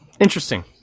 interesting